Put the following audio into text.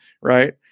Right